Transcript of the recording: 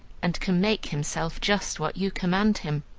and can make himself just what you command him.